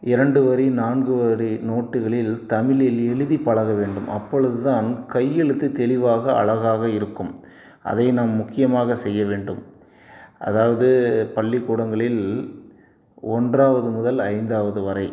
இரண்டு வரி நான்கு வரி நோட்டுகளில் தமிழில் எழுதி பலகை வேண்டும் அப்பொழுது தான் கையெழுத்து தெளிவாக அழகாக இருக்கும் அதை நாம் முக்கியமாக செய்ய வேண்டும் அதாவது பள்ளிக்கூடங்களில் ஒன்றாவது முதல் ஐந்தாவது வரை